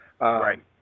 Right